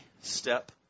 step